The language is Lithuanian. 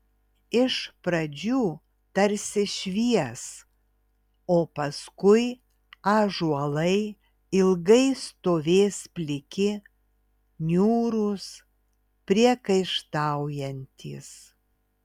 iš pradžių tarsi švies o paskui ąžuolai ilgai stovės pliki niūrūs priekaištaujantys